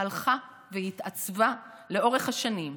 הלכה והתעצבה לאורך השנים,